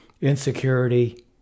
insecurity